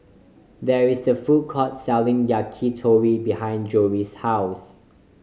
there is a food court selling Yakitori behind Jory's house